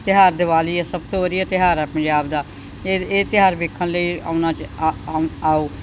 ਤਿਉਹਾਰ ਦੀਵਾਲੀ ਸਭ ਤੋਂ ਵਧੀਆ ਤਿਉਹਾਰ ਹੈ ਪੰਜਾਬ ਦਾ ਇਹ ਇਹ ਤਿਉਹਾਰ ਵੇਖਣ ਲਈ ਆਉਣਾ ਆਓ